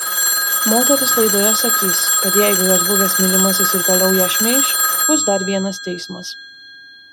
moteris laidoje sakys kad jeigu jos buvęs mylimasis ir toliau ją šmeiš bus dar vienas teismas